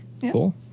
Cool